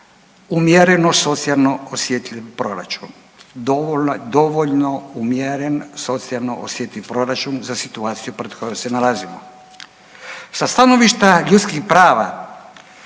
umjereno socijalno osjetljiv proračun, dovoljno umjeren socijalno osjetljiv proračun za situaciju pred kojoj se nalazimo. Sa stanovišta ljudskih prava